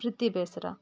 Priti Besra